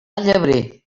llebrer